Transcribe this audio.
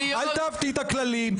אל תעוותי את הכללים.